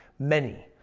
many.